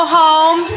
home